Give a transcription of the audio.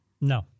No